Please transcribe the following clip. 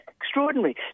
extraordinary